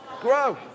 grow